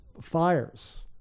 fires